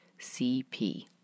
cp